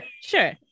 Sure